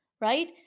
right